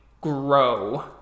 grow